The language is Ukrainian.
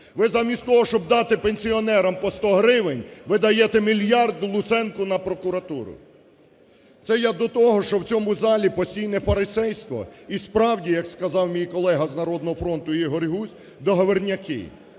Ви замість того, щоб дати пенсіонерам по 100 гривень, ви даєте мільярд Луценку на прокуратуру. Це я до того, що в цьому залі постійне фарисейство, і, справді, як сказав мій колега з "Народного фронту" Ігор Гузь, договірняки.